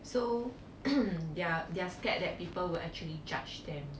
so they're they're scared that people will actually judge them